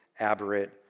aberrant